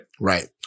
right